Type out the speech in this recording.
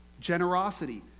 generosity